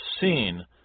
seen